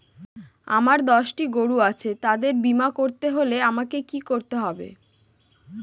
আমার দশটি গরু আছে তাদের বীমা করতে হলে আমাকে কি করতে হবে?